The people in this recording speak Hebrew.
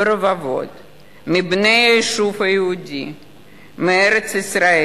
ורבבות מבני היישוב היהודי בארץ-ישראל,